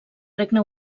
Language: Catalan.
regne